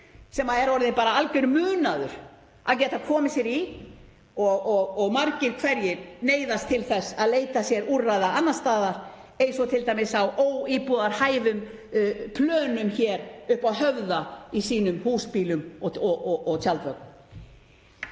sem er orðið alger munaður að geta komið sér í og margir hverjir neyðast til þess að leita sér úrræða annars staðar, eins og t.d. á óíbúðarhæfum plönum hér uppi á Höfða í sínum húsbílum og tjaldvögnum.